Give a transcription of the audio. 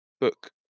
book